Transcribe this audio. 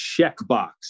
checkbox